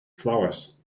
flowers